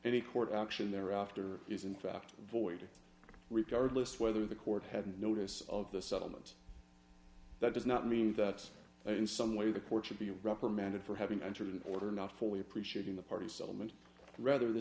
any court action thereafter is in fact void regardless whether the court had notice of the settlement that does not mean that in some way the court should be reprimanded for having entered an order not fully appreciating the party settlement rather the